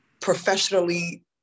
professionally